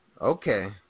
Okay